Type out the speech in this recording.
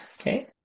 Okay